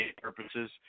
purposes